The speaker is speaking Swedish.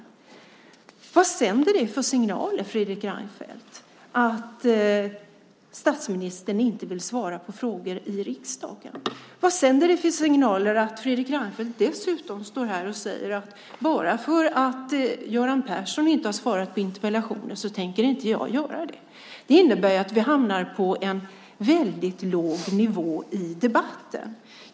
Vad sänder det för signaler, Fredrik Reinfeldt, att statsministern inte vill svara på frågor i riksdagen? Vad sänder det för signaler att Fredrik Reinfeldt dessutom säger att eftersom Göran Persson inte svarat på interpellationer så tänker inte han göra det heller. Det innebär att vi hamnar på en väldigt låg nivå i debatten.